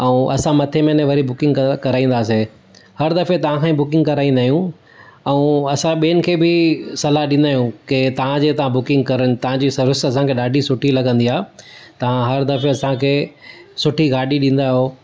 ऐं असां मथे महीने वरी बुकिंग करा कराईंदासीं हर दफ़े तव्हांखां ई बुकिंग कराईंदा आहियूं ऐं असां ॿियनि खे बि सलाह ॾींदा आहियूं की तव्हां जे हितां बुकिंग करनि तव्हांजी सर्विस असांखे ॾाढी सुठी लॻंदी आहे तव्हां हर दफ़े असांखे सुठी गाॾी ॾींदा आहियो